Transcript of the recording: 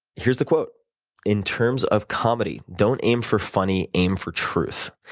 here's the quote in terms of comedy, don't aim for funny, aim for truth.